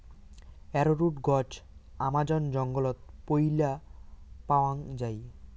arrowroot গছ Amazon জঙ্গলত পৈলা পাওয়াং যাই